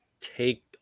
take